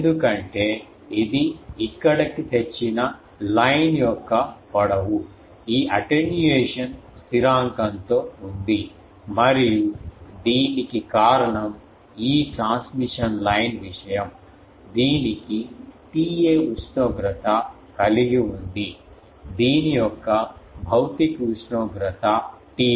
ఎందుకంటే ఇది ఇక్కడకు తెచ్చిన రేఖ యొక్క పొడవు ఈ అటెన్యుయేషన్ స్థిరాంకంతో ఉంది మరియు దీనికి కారణం ఈ ట్రాన్స్మిషన్ లైన్ విషయం దీనికి TA ఉష్ణోగ్రత కలిగి ఉంది దీని యొక్క భౌతిక ఉష్ణోగ్రత T0